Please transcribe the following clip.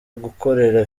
gukorera